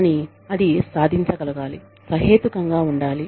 కానీ అది సాధించగలగాలి సహేతుకంగా ఉండాలి